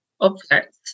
object